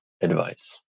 advice